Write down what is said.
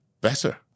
better